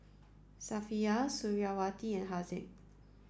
Safiya Suriawati and Haziq